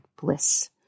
bliss